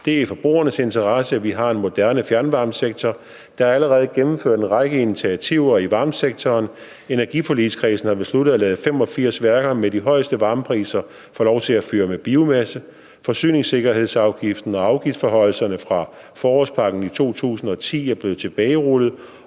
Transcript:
Det er i forbrugernes interesse, at vi har en moderne fjernvarmesektor. Der er allerede gennemført en række initiativer i varmesektoren: Energiforligskredsen har besluttet at lade 85 værker med de højeste varmepriser få lov til at fyre med biomasse; forsyningssikkerhedsafgiften og afgiftsforhøjelserne fra forårspakken i 2010 er blevet tilbagerullet;